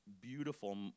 beautiful